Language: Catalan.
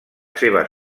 seva